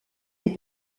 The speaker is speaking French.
est